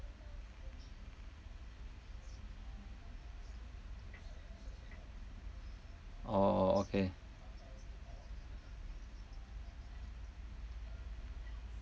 orh okay